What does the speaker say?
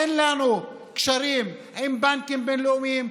אין לנו קשרים עם בנקים בין-לאומיים,